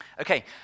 Okay